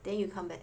then you come back